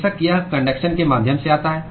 बेशक यह कन्डक्शन के माध्यम से आता है